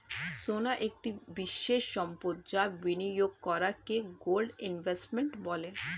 সোনা একটি বিশেষ সম্পদ যা বিনিয়োগ করাকে গোল্ড ইনভেস্টমেন্ট বলে